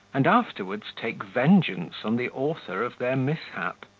and afterwards take vengeance on the author of their mishap.